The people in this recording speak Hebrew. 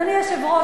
אדוני היושב-ראש,